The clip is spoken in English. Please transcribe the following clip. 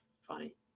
Funny